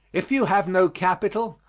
if you have no capital,